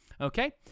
Okay